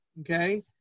Okay